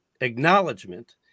acknowledgement